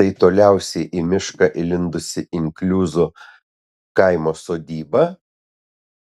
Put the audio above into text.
tai toliausiai į mišką įlindusi inkliuzų kaimo sodyba